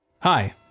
Hi